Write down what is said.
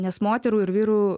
nes moterų ir vyrų